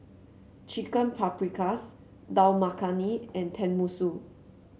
Chicken Paprikas Dal Makhani and Tenmusu